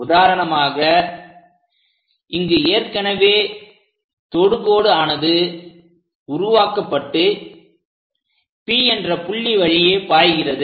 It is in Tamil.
உதாரணமாக இங்கு ஏற்கனவே தொடுகோடு ஆனது உருவாக்கப்பட்டு P என்ற புள்ளி வழியே பாய்கிறது